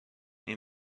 این